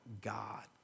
God